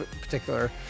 particular